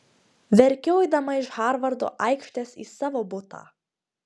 verkiau eidama iš harvardo aikštės į savo butą